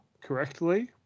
correctly